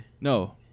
no